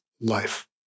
life